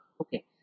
okay